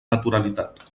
naturalitat